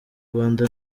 rwanda